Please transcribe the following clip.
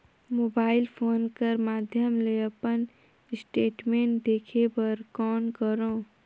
Mobile phone कर माध्यम ले अपन स्टेटमेंट देखे बर कौन करों?